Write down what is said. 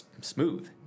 smooth